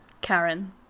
Karen